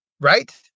right